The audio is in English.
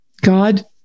God